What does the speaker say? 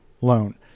loan